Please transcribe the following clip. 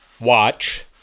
watch